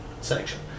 section